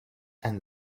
and